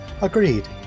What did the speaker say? Agreed